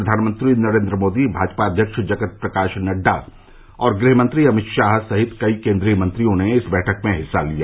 प्रधानमंत्री नरेंद्र मोदी भाजपा अध्यक्ष जगत प्रकाश नड्डा और गृहमंत्री अमित शाह सहित कई केंद्रीय मंत्रियों ने इस बैठक में हिस्सा लिया